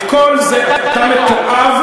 את כל זה, אתה מתועב.